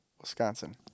Wisconsin